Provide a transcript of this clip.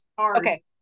Okay